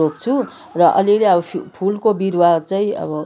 रोप्छु र अलिअलि अब फुलको बिरुवा चाहिँ अब